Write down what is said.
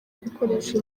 gukoresha